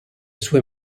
sue